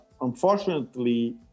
unfortunately